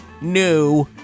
New